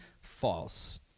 false